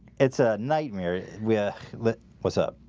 it's a nightmare. we lit. what's up?